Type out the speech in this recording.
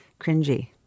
Cringy